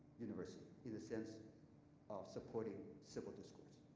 university in a sense of supporting civil discourse.